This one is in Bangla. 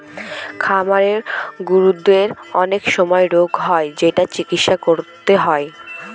খামারের গরুদের অনেক সময় রোগ হয় যেটার চিকিৎসা করতে হয়